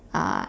uh